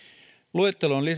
luetteloon